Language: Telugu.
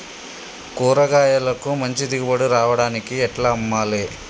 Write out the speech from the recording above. కూరగాయలకు మంచి దిగుబడి రావడానికి ఎట్ల అమ్మాలే?